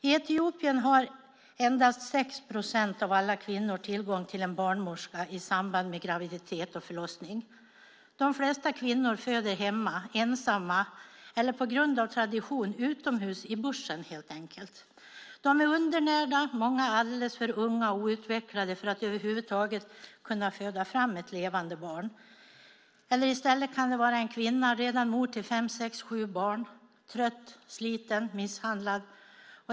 I Etiopien har endast 6 procent av alla kvinnor tillgång till en barnmorska i samband med graviditet och förlossning. De flesta kvinnor föder hemma ensamma eller på grund av tradition utomhus - i bushen helt enkelt. De är undernärda, och många är alldeles för unga och outvecklade för att över huvud taget kunna föda fram ett levande barn. Eller så kan det vara en kvinna som redan är mor till fem, sex, sju barn, trött, sliten och misshandlad.